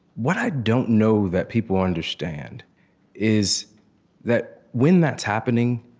what i don't know that people understand is that when that's happening,